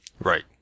Right